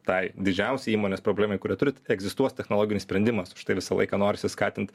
tai didžiausiai įmonės problemai kurią turit egzistuos technologinis sprendimas štai visą laiką norisi skatint